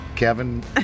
Kevin